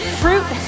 fruit